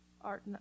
art